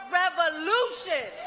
revolution